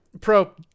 Pro